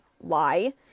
Lie